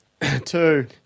Two